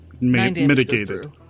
mitigated